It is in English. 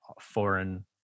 foreign